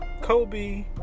Kobe